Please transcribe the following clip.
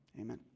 amen